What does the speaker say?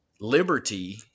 liberty